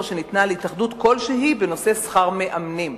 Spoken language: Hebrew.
שניתנה להתאחדות כלשהי בנושא שכר המאמנים.